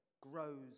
grows